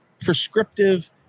prescriptive